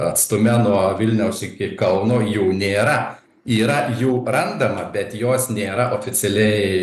atstume nuo vilniaus iki kauno jų nėra yra jų randama bet jos nėra oficialiai